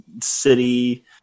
city